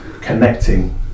connecting